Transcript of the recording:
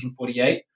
1948